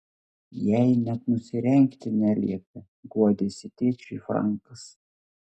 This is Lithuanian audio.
jai net nusirengti neliepė guodėsi tėčiui frankas